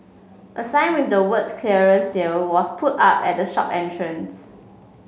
a sign with the words clearance sale was put up at the shop entrance